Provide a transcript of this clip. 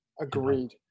Agreed